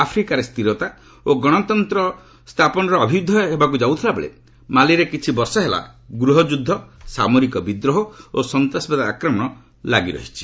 ଆଫ୍ରିକାରେ ସ୍ଥିରତା ଓ ଗଣତନ୍ତ୍ର ସ୍ଥାପନର ଯାଉଥିବା ବେଳେ ମାଲିରେ କିଛି ବର୍ଷ ହେଲା ଗୃହ ଯୁଦ୍ଧ ସାମରିକ ବିଦ୍ରୋହ ଓ ସନ୍ତାସବାଦ ଆକ୍ରମଣ ଲାଗି ରହିଛି